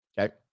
okay